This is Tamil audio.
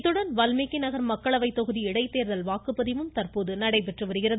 இத்துடன் வால்மீகிநகர் மக்களவை தொகுதி இடைத்தேர்தல் வாக்குப்பதிவும் தற்போது நடைபெற்று வருகிறது